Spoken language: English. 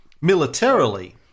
militarily